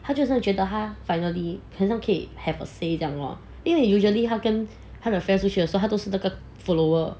他就好像觉得他 finally 好像可以 have a say 这样 lor 因为 usually 他跟他的 friends 出去的时候他都是那个 follower